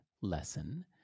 lesson